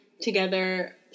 together